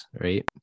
right